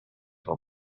will